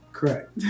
Correct